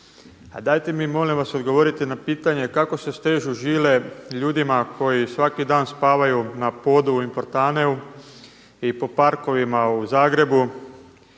dajte mi molim vas odgovorite na pitanje kako se stežu žile ljudima koji svaki dan spavaju na podu u Importaneu i po parkovima u Zagrebu?